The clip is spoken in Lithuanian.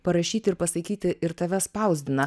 parašyti ir pasakyti ir tave spausdina